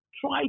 try